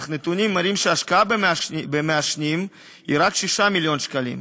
אך הנתונים מראים שההשקעה במעשנים היא רק 6 מיליון שקלים.